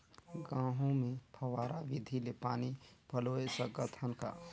गहूं मे फव्वारा विधि ले पानी पलोय सकत हन का?